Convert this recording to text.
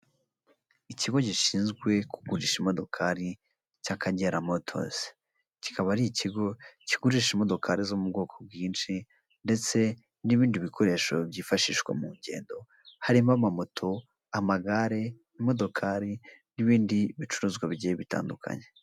Ikigo gishinzwe kugurisha imodokari cy'Akagera Motos kikaba ari ikigo kigurisha imodokari zo mu bwoko bwinshi ndetse n'ibindi bikoresho byifashishwa mu ngendo, harimo amamoto, amagare, imodokari n'ibindi bicuruzwa bigiye bitandukanye.